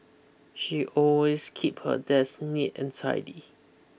she always keep her desk neat and tidy